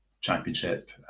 championship